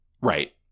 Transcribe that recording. right